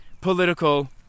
political